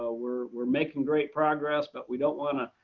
ah we're we're making great progress but we don't want to